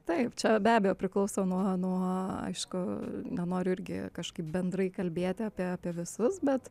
taip čia be abejo priklauso nuo nuo aišku nenoriu irgi kažkaip bendrai kalbėti apie apie visus bet